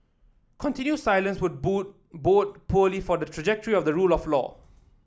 continued silence would bode poorly for the trajectory of the rule of law